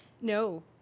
No